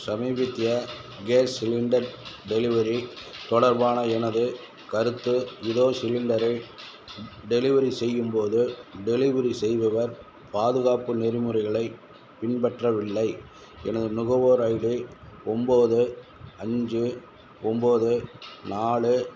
சமீபத்திய gas cylinder delivery தொடர்பான எனது கருத்து இதோ சிலிண்டரை டெலிவரி செய்யும்போது டெலிவரி செய்பவர் பாதுகாப்பு நெறிமுறைகளை பின்பற்றவில்லை எனது நுகர்வோர் ஐடி ஒம்போது அஞ்சு ஒம்போது நாலு